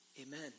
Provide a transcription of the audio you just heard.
Amen